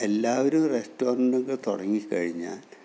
എല്ലാവരും റെസ്റ്റോറൻറ്റൊക്കെ തുടങ്ങിക്കഴിഞ്ഞാല്